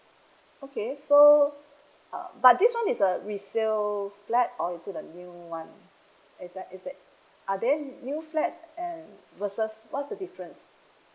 okay so uh but this one is a resale flat or is it a new one it's that it's that are there new flats and versus what's the difference